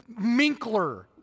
minkler